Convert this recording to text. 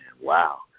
Wow